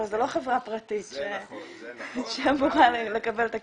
אבל זה לא חברה פרטית שאמורה לקבל את הכסף.